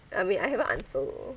I mean I haven't answer